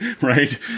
right